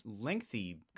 lengthy